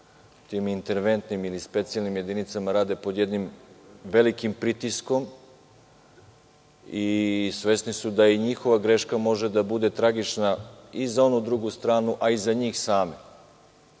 tim interventnim ili specijalnim jedinicama, pod jednim velikim pritiskom i svesni su da i njihova greška može da bude tragična i za onu drugu stranu, kao i za njih same.